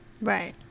Right